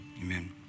Amen